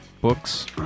books